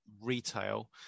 retail